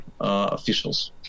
officials